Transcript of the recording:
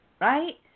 right